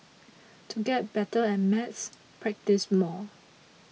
to get better at maths practise more